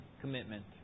commitment